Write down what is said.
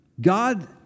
God